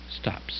stops